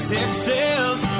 Texas